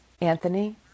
Anthony